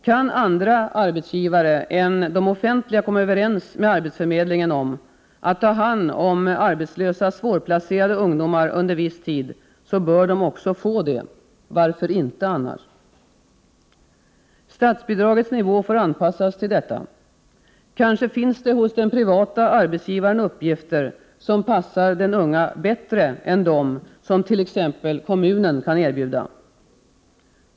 Kan andra arbetsgivare än de offentliga komma överens med arbetsförmedlingen om att ta hand om arbetslösa svårplacerade ungdomar under viss tid, bör de också få detta. Varför inte? Statsbidragets nivå får anpassas till detta. Kanske finns det hos den private arbetsgivaren uppgifter som passar den unge bättre än dem som t.ex. kommunen kan erbjuda.